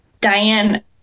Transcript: Diane